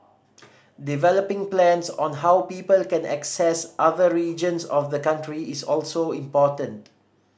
developing plans on how people can access other regions of the country is also important